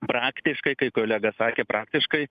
praktiškai kai kolega sakė praktiškai